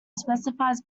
specifies